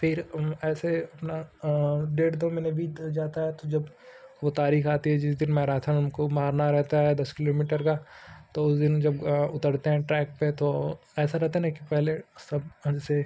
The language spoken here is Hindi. फिर ऐसे अपना डेढ़ दो महीना बीत जाता है तो जब वह तारीख़ आती है जिस दिन मैराथन हमको मारना रहता है दस किलोमीटर का तो उस दिन जब उतरते हैं ट्रैक पर तो ऐसा रहता है ना कि पहले सब से